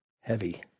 heavy